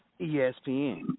ESPN